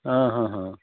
অঁ হ্ হ্